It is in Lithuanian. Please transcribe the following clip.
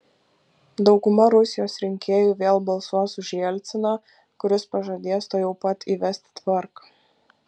dauguma rusijos rinkėjų vėl balsuos už jelciną kuris pažadės tuojau pat įvesti tvarką